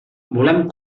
volem